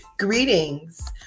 Greetings